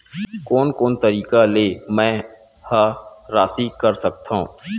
कोन कोन तरीका ले मै ह राशि कर सकथव?